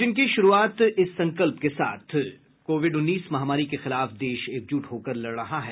bulletin की शुरूआत इस संकल्प के साथ कोविड उन्नीस महामारी के खिलाफ देश एकजुट होकर लड़ रहा है